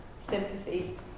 sympathy